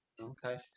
Okay